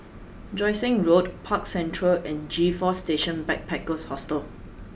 Joo Seng Road Park Central and G four Station Backpackers Hostel